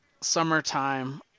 summertime